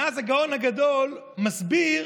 ואז הגאון הגדול מסביר